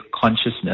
consciousness